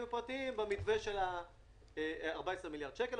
הפרטיים יקבלו במתווה של ה-14 מיליארד שקל,